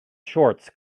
shorts